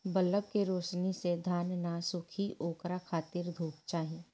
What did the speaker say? bulb के रौशनी से धान न सुखी ओकरा खातिर धूप चाही